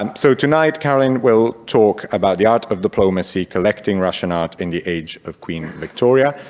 um so tonight, caroline will talk about the art of diplomacy collecting russian art in the age of queen victoria,